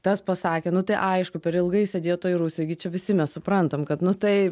tas pasakė nu tai aišku per ilgai sėdėjo toj rusijoj gi čia visi mes suprantam kad nu taip a